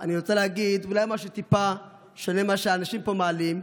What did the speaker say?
אולי משהו טיפה שונה ממה שאנשים פה מעלים.